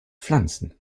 pflanzen